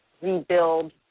rebuild